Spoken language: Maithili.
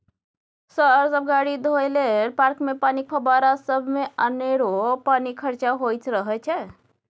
शहर सब गाड़ी धोए लेल, पार्कमे पानिक फब्बारा सबमे अनेरो पानि खरचा होइत रहय छै